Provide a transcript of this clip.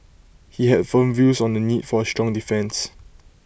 he had firm views on the need for A strong defence